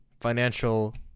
financial